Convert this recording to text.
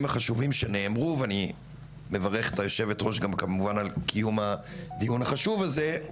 החשובים שנאמרו ואני מברך את היושבת-ראש גם כמובן קיום הדיון החשוב הזה.